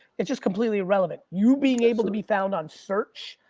it's just completely irrelevant. you being able to be found on search,